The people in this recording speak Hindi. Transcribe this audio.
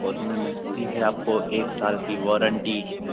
उसमें मिलती है आपको एक साल की वौरंटी